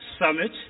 Summit